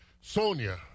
Sonia